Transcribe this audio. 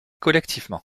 collectivement